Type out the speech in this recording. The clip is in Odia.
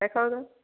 ଦେଖାଆ ତ